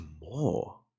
more